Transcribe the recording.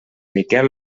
miquel